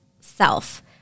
self